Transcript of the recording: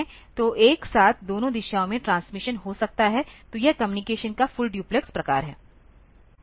तो एक साथ दोनों दिशाओं में ट्रांसमिशन हो सकता है तो यह कम्युनिकेशन का फुल डुप्लेक्स प्रकार है